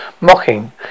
mocking